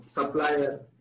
Supplier